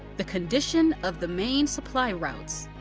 the condition of the main supply routes.